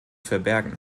verbergen